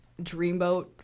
dreamboat